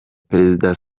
perezida